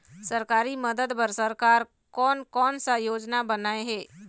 सरकारी मदद बर सरकार कोन कौन सा योजना बनाए हे?